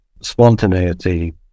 spontaneity